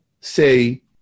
say